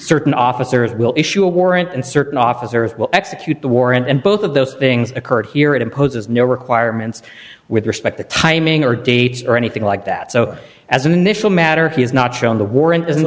certain officers will issue a warrant and certain office earth will execute the warrant and both of those things occurred here it imposes no requirements with respect the timing or dates or anything like that so as an initial matter he has not shown the warrant